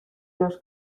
los